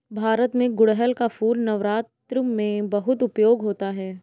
भारत में गुड़हल का फूल नवरात्र में बहुत उपयोग होता है